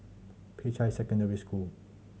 Peicai Secondary School